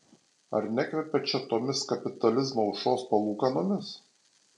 ar nekvepia čia tomis kapitalizmo aušros palūkanomis